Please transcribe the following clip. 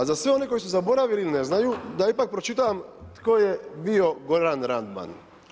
A za sve one koji su zaboravili ili ne znaju, da ipak pročitam, tko je bio Goran Radman.